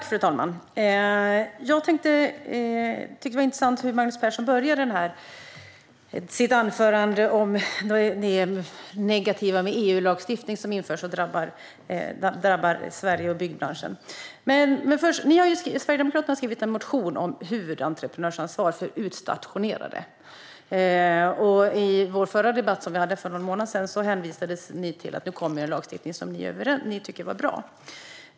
Fru talman! Det var intressant att höra hur Magnus Persson började sitt anförande med att tala om det negativa med EU-lagstiftning som införs och drabbar Sverige och byggbranschen. Sverigedemokraterna har skrivit en motion om huvudentreprenörsansvar för utstationerade. I vår förra debatt, som vi hade för någon månad sedan, hänvisade ni i Sverigedemokraterna till att det kommer en lagstiftning som ni tycker är bra.